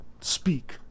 speak